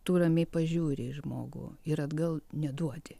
tu ramiai pažiūri į žmogų ir atgal neduoti